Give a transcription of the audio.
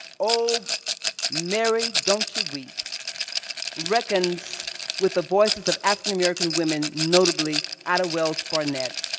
o mary, don't you weep reckons with the voices of african american women, notably, ida wells-barnett,